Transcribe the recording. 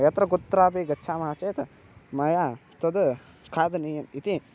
यत्र कुत्रापि गच्छामः चेत् मया तद् खादनीयम् इति